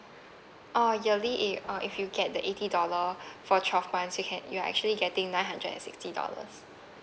orh yearly uh if you get the eighty dollar for twelve months you can you're actually getting nine hundred and sixty dollars